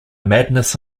madness